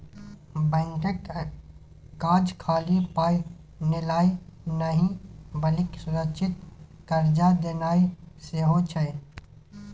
बैंकक काज खाली पाय लेनाय नहि बल्कि सुरक्षित कर्जा देनाय सेहो छै